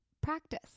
practice